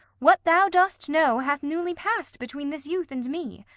what thou dost know hath newly pass'd between this youth and me.